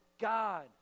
God